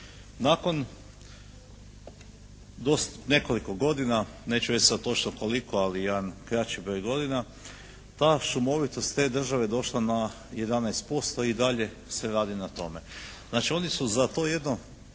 Nakon nekoliko godina, neću reći sad točno koliko, ali jedan kraći broj godina ta šumovitost, te države je došla na 11% i dalje se radi na tome. Znači, oni su za to jedno